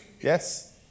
Yes